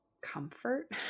comfort